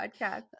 podcast